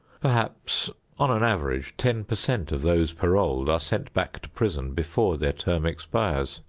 perhaps on an average ten per cent of those paroled are sent back to prison before their term expires.